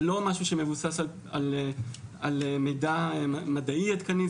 זה לא משהו שמבוסס על מידע מדעי עדכני,